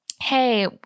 hey